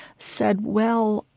said, well,